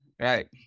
Right